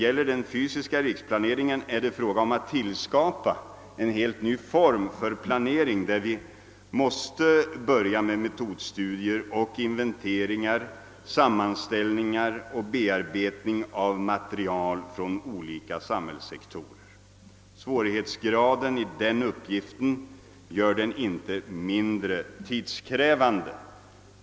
För den fysiska riksplaneringen är det fråga om att skapa en ny form för planering, varvid vi måste börja med metodstudier och inventeringar, sammanställningar och bearbetning av material från olika samhällssektorer. Svårighetsgraden i den uppgiften gör den inte mindre tidskrävande.